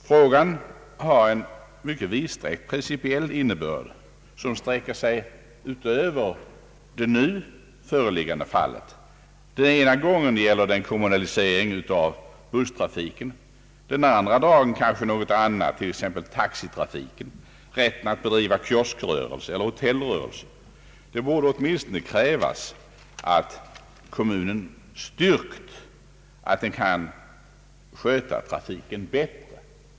Frågan har en mycket vid principiell innebörd som sträcker sig utöver det nu föreliggande fallet. Den ena dagen gäller det en kommunalisering av busstrafiken, den andra dagen kanske något annat, t.ex. taxitrafiken, rätten att bedriva kioskrörelse eller hotellrörelse. Det borde åtminstone krävas att kommunen styrkt att den kan sköta trafiken bättre.